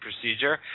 procedure